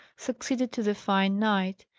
succeeded to the fine night.